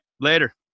Later